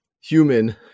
human